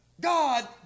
God